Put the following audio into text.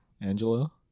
angelo